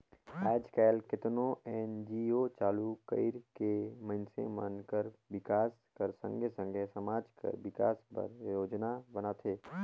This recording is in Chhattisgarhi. आएज काएल केतनो एन.जी.ओ चालू कइर के मइनसे मन कर बिकास कर संघे संघे समाज कर बिकास बर योजना बनाथे